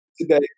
today